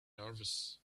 nervous